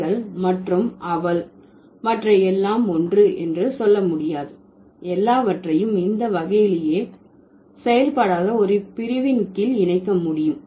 நீங்கள் மற்றும் அவள் மற்ற எல்லாம் ஒன்று என்று சொல்ல முடியாது எல்லாவற்றையும் இந்த வகையிலேயே செயல்படாத ஒரு பிரிவின் கீழ் இணைக்க முடியும்